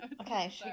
okay